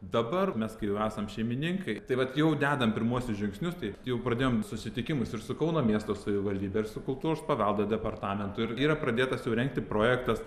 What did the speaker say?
dabar mes kai jau esam šeimininkai tai vat jau dedam pirmuosius žingsnius tai jau pradėjom susitikimus ir su kauno miesto savivaldybe ir su kultūros paveldo departamentu ir yra pradėtas rengti projektas